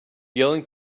yelling